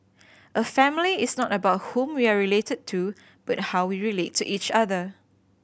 a family is not about whom we are related to but how we relate to each other